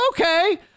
Okay